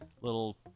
little